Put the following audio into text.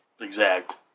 exact